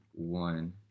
one